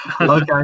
okay